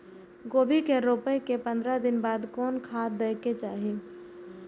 गोभी के रोपाई के पंद्रह दिन बाद कोन खाद दे के चाही?